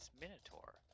Minotaur